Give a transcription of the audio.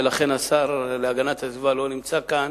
ולכן השר להגנת הסביבה לא נמצא כאן,